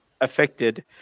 affected